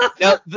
Now